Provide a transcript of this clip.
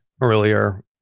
earlier